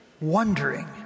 wondering